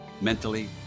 mentally